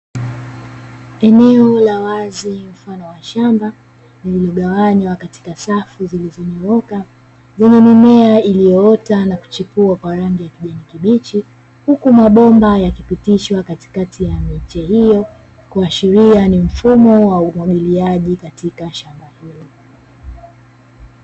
Eneo la wazi mfano wa shamba, lililogawanywa katika safu zilizonyooka, zenye mimea iliyoota na kuchipua kwa rangi ya kijani kibichi, huku mabomba yakipitishwa katikati ya miche hiyo, kuashiriaria ni mfumo wa umwagiliaji katika shamba hilo.